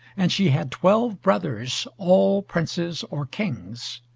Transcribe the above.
and she had twelve brothers, all princes or kings.